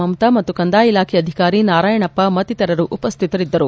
ಮಮತಾ ಮತ್ತು ಕಂದಾಯ ಇಲಾಖೆ ಅಧಿಕಾರಿ ನಾರಾಯಣಪ್ಪ ಮತ್ತಿತರರು ಉಪಸ್ಹಿತರಿದ್ದರು